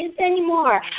anymore